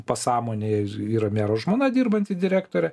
pasąmonėj yra mero žmona dirbanti direktore